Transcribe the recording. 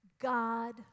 God